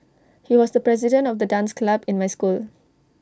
he was the president of the dance club in my school